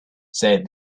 said